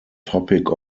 topic